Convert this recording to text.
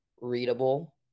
readable